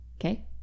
Okay